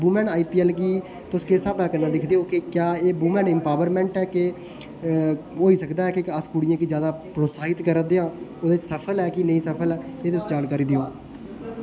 women I P L गी तुस किस स्हाबै कन्नै दिक्खदे ओ की क्या एह् वूमेन एम्पावरमेंट ऐ के होई सकदा ऐ की अस कुड़िये गी ज्यादे प्रोस्त्साहीत करा दे आ एह् सफल ऐ जां नेई सफल ऐ एह्दे च जानकारी देयो